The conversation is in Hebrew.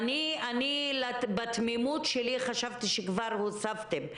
בתמימותי חשבתי שכבר הוספתם,